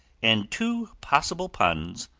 and two possible puns,